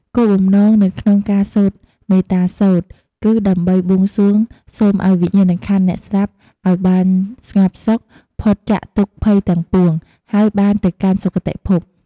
គោលបំណងនៅក្នុងការសូត្រមេត្តាសូត្រ គឺដើម្បីបួងសួងសូមឲ្យវិញ្ញាណក្ខន្ធអ្នកស្លាប់អោយបានស្ងប់សុខ ផុតចាកទុក្ខភ័យទាំងពួង ហើយបានទៅកាន់សុគតិភព។